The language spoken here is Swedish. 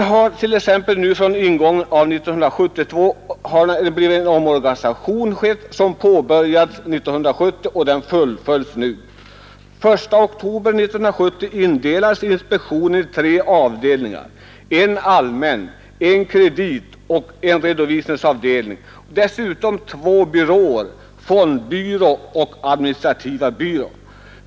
Det har t.ex. från ingången av 1972 skett en omorganisation som påbörjades 1970 och som nu fullföljs. Den 1 oktober 1970 indelades inspektionen i tre avdelningar, en allmän, en kreditoch en redovisningsavdelning. Dessutom finns två byråer, fondbyrån och administrativa byrån.